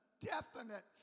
definite